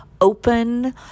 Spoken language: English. open